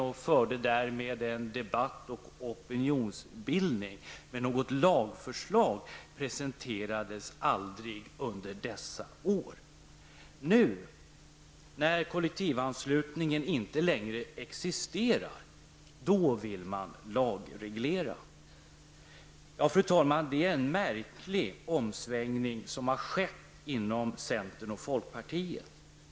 Det rörde sig om opinionsbildning, men något lagförslag presenterades aldrig under dessa år. Nu när kollektivanslutningen inte längre existerar vill man lagreglera. Fru talman! En märklig omsvängning har skett inom centern och folkpartiet.